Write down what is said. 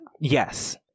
Yes